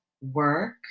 work